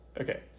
Okay